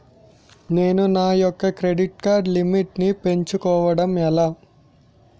నేను నా యెక్క క్రెడిట్ కార్డ్ లిమిట్ నీ పెంచుకోవడం ఎలా?